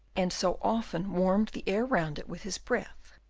and so often warmed the air round it with his breath,